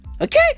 Okay